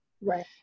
Right